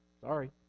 Sorry